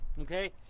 Okay